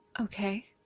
Okay